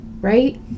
right